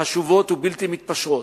חשובות ובלתי מתפשרות,